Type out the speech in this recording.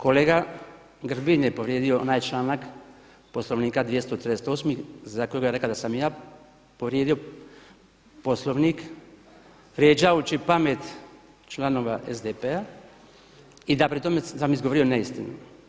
Kolega Grbin je povrijedio onaj članak Poslovnika 238. za kojega je rekao da sam ja povrijedio Poslovnik vrijeđajući pamet članova SDP-a i da pri tome sam izgovorio neistinu.